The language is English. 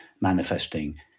manifesting